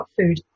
food